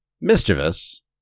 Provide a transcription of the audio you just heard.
mischievous